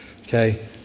okay